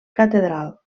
catedral